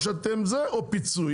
או שאתם זה או פיצוי.